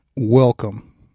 Welcome